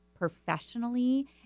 Professionally